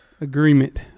agreement